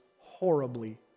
horribly